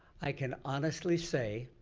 i can honestly say,